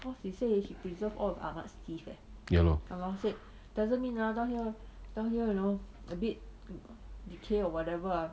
ya lor